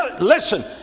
listen